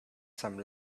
some